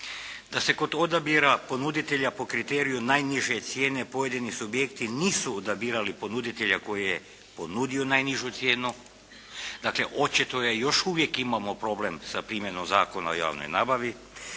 da se kod odabira ponuditelja po kriteriju najniže cijene pojedini subjekti nisu odabirali ponuditelja koji je ponudio najnižu cijenu. Dakle očito je, još uvijek imamo problem sa primjenom Zakona o javnoj nabavi.